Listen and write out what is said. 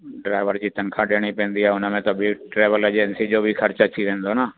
driver जी तनख़्वाह ॾियणी पवंदी आहे हुन में त बि ट्रेवल एजेंसी जो बि ख़र्चु अची वेंदो न